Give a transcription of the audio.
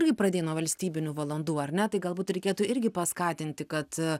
irgi pradėjai nuo valstybinių valandų ar ne tai galbūt reikėtų irgi paskatinti kad